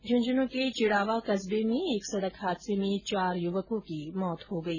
झुंझनू के चिड़ावा कस्बे में एक सडक हादसे में चार युवकों की मौत हो गई